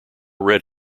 red